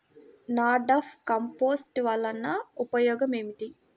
NADEP compost వలన ఉపయోగం ఏమిటి?